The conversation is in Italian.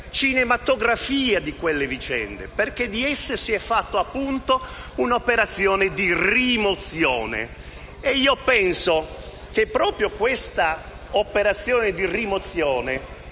cinematografia di quelle vicende, perché di esse si è fatta, appunto, un'operazione di rimozione. E penso che proprio questa operazione di rimozione